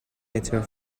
better